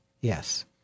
Yes